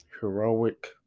heroic